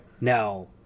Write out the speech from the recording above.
now